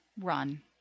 run